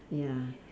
ya